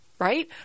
Right